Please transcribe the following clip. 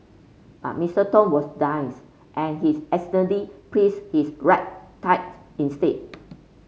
but Mister Tong was and he is accidentally praise his right tight instead